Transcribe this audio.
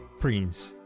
Prince